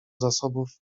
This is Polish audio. zasobów